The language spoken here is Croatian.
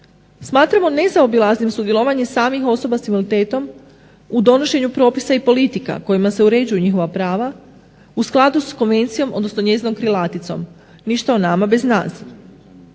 Smatramo nezaobilaznim sudjelovanje samih osoba s invaliditetom u donošenju propisa i politika, kojima se uređuju njihova prava u skladu s konvencijom odnosno njezinom krilaticom "Ništa o nama bez nas."